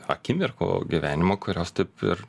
akimirkų gyvenimo kurios taip ir